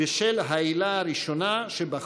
לחבר הכנסת חיים כץ לפי העילה הראשונה נתקבלה.